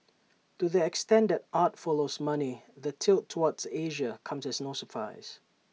to the extent that art follows money the tilt toward Asia comes as no surprise